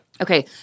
Okay